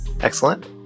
Excellent